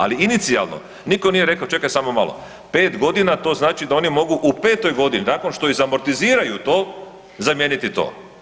Ali inicijalno nitko nije rekao – čekaj samo malo, 5 godina to znači da oni mogu u 5-toj godini nakon što izamortiziraju to zamijeniti to.